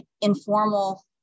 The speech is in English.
informal